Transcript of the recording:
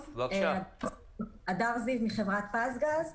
הדר זיו מחברת פזגז.